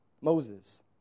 Moses